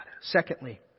Secondly